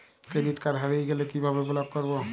Credit card হারিয়ে গেলে কি ভাবে ব্লক করবো?